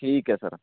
ਠੀਕ ਹੈ ਸਰ